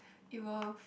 it will